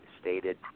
stated